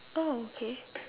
oh okay